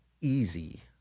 easy